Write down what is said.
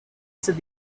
said